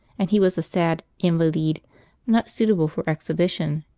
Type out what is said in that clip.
and he was a sad invaleed not suitable for exhibition.